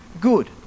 good